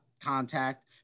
contact